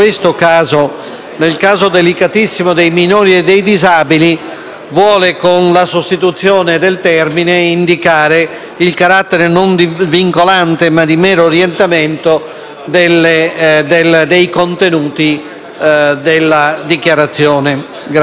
vuole, con la sostituzione del termine, indicare il carattere non vincolante ma di mero orientamento dei contenuti della dichiarazione. [SCILIPOTI